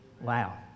Wow